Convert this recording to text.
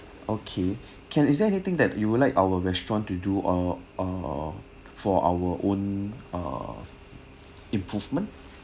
okay can is there anything that you would like our restaurant to do our uh uh for our own uh improvement